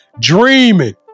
dreaming